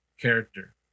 character